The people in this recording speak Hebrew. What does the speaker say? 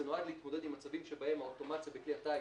זה נועד להתמודד עם מצבים שבהם האוטומציה בכלי הטיס,